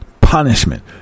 punishment